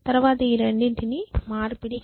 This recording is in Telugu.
తరువాత ఈ రెండింటిని మార్పిడి చేస్తాము